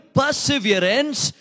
perseverance